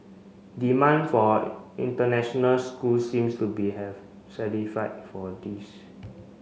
demand for international schools seems to be have for this